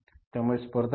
त्यामुळे स्पर्धा वाढली